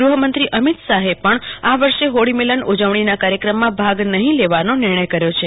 ગૃહમંત્રી અમિત શાહે પણ આ વર્ષે હોળી મિલન ઉજવણીના કાર્યક્રમમાં ભાગ નહિં લેવાનો નિર્ણય કર્યો છે